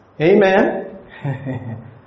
Amen